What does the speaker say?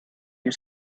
you